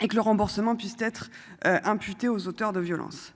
Et que le remboursement puissent être imputés aux auteurs de violence.